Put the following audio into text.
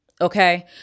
Okay